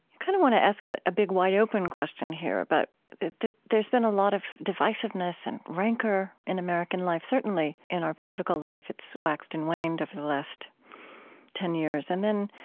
kind of want to ask ah a big wide open question here about there's been a lot of divisiveness and rancor in american life. certainly in our political life, it's waxed and waned over the last ten years. and then